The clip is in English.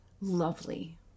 lovely